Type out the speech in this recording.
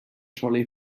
trolley